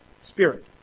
Spirit